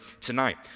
tonight